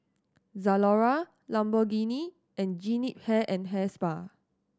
Zalora Lamborghini and Jean Yip Hair and Hair Spa